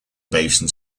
basin